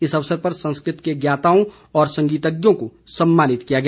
इस अवसर पर संस्कृत के ज्ञाताओं और संगीतज्ञों को सम्मानित किया गया